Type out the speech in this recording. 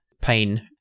pain